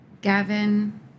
Gavin